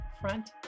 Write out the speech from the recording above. Front